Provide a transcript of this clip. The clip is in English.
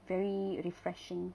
very refreshing